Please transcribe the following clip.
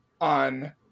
on